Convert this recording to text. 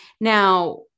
Now